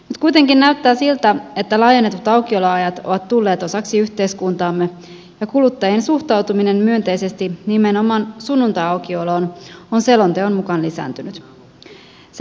nyt kuitenkin näyttää siltä että laajennetut aukioloajat ovat tulleet osaksi yhteiskuntaamme ja kuluttajien suhtautuminen myönteisesti nimenomaan sunnuntaiaukioloon on selonteon mukaan lisääntynyt